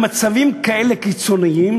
במצבים כאלה קיצוניים,